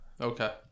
okay